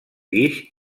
guix